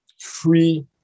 free